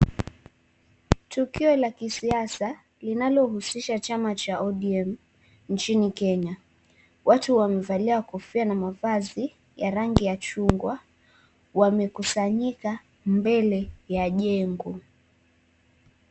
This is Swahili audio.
Tukio la kisiasa linalohusisha chama cha ODM nchini Kenya. Watu wamevalia kofia na mavazi ya rangi ya chungwa wamekusanyika mbele ya jengo.